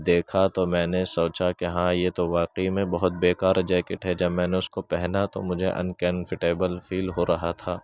دیکھا تو میں نے سوچا کہ ہاں یہ تو واقعی میں بہت بیکار جیکٹ ہے جب میں نے اس کو پہنا تو مجھے ان کمفرٹیبل فیل ہو رہا تھا